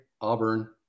Auburn